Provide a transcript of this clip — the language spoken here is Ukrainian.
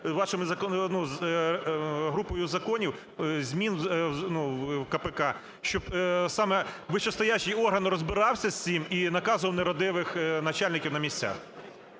вашою групою законів, змін в КПК, щоб саме вищестоящий орган розбирався з цим і наказував нерадивих начальників на місцях?